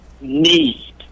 need